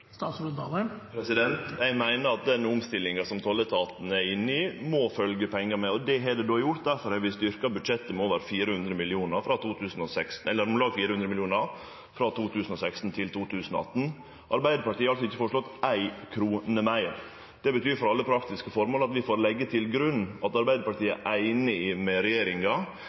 Eg meiner at den omstillinga som tolletaten er inne i, må det følgje pengar med. Det har det gjort, difor har vi styrkt budsjettet med om lag 400 mill. kr frå 2016 til 2018. Arbeidarpartiet har ikkje føreslått ei krone meir. Det betyr for alle praktiske formål at vi får leggje til grunn at Arbeidarpartiet er einig med regjeringa